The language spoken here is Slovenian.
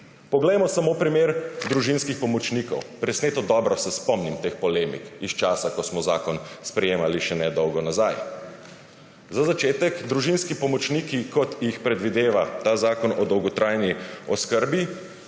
Poglejmo samo primer družinskim pomočnikov. Presneto dobro se spomnim teh polemik iz časa, ko smo zakon sprejemali še nedolgo nazaj. Za začetek, družinski pomočniki, kot jih predvideva ta zakon o dolgotrajni oskrbi,